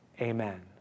Amen